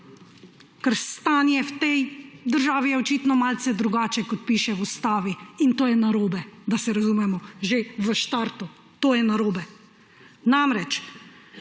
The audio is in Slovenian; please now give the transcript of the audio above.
Stanje v tej državi je očitno malce drugačno, kot piše v ustavi. In to je narobe, da se razumemo, že v startu. To je narobe.